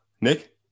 Nick